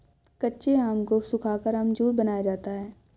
कच्चे आम को सुखाकर अमचूर बनाया जाता है